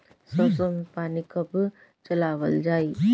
सरसो में पानी कब चलावल जाई?